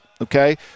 okay